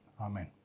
Amen